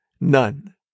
None